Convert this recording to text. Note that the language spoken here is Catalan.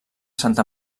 santa